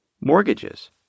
mortgages